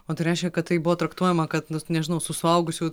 o tai reiškia kad tai buvo traktuojama kad nežinau su suaugusių